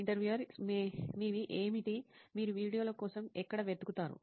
interviewer మీవి ఏమిటి మీరు వీడియోల కోసం ఎక్కడ వెతుకుతారు